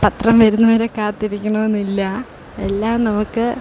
പത്രം വരുന്നത് വരെ കാത്തിരിക്കണമെന്നില്ല എല്ലാം നമുക്ക്